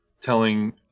telling